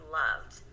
loved